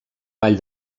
vall